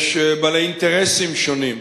יש בעלי אינטרסים שונים.